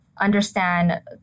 understand